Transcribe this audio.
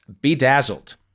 Bedazzled